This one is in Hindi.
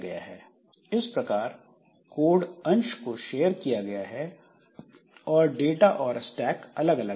इस प्रकार कोड अंश को शेयर किया गया है और डाटा और स्टैक अलग अलग है